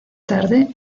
tarde